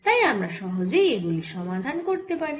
তাই আমরা সহজেই এগুলির সমাধান করতে পারি